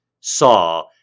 saw